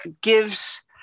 gives